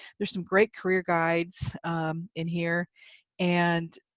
there are some great career guides in here and